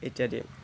ইত্যাদি